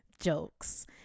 jokes